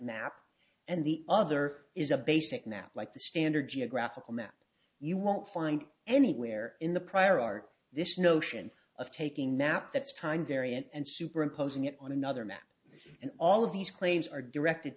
map and the other is a basic now like the standard geographical map you won't find anywhere in the prior art this notion of taking nap that's time variant and superimposing it on another map and all of these claims are directed